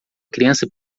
criança